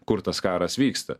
kur tas karas vyksta